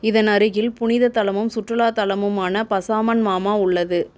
இதன் அருகில் புனிதத்தலமும் சுற்றுலாத்தலமுமான பசாமன் மாமா உள்ளது